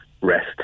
rest